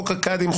חוק הקאדים,